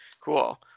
cool